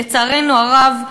לצערנו הרב,